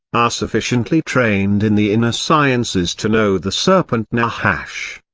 are sufficiently trained in the inner sciences to know the serpent nahash.